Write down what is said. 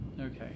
Okay